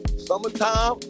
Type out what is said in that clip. Summertime